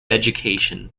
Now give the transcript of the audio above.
education